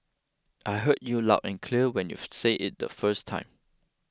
I heard you loud and clear when you said it the first time